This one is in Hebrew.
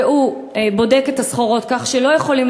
והוא בודק את הסחורות כך שלא יכולים